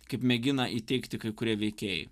kaip mėgina įteigti kai kurie veikėjai